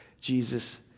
Jesus